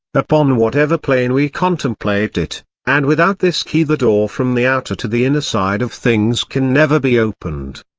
upon whatever plane we contemplate it and without this key the door from the outer to the inner side of things can never be opened.